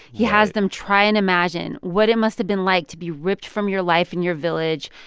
he has them try and imagine what it must have been like to be ripped from your life in your village,